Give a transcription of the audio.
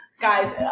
Guys